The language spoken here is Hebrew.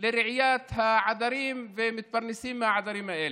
לרעיית העדרים ומתפרנסים מהעדרים האלה.